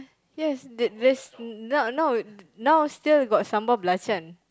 yes that that's now now now still got sambal balachan